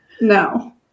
no